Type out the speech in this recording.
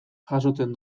jasotzen